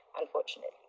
unfortunately